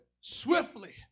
swiftly